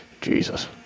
Jesus